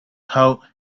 how